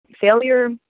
failure